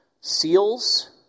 seals